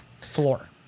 Floor